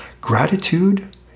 Gratitude